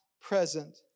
present